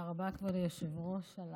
תודה רבה, כבוד היושב-ראש, על